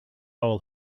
will